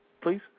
please